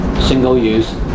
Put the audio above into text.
single-use